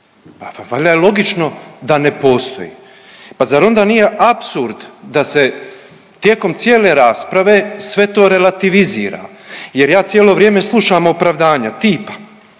valjda je logično da ne postoji. Pa zar onda nije apsurd da se tijekom cijele rasprave sve to relativizira. Jer ja cijelo vrijeme slušam opravdanja tipa